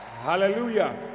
Hallelujah